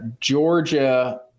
Georgia